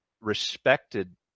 respected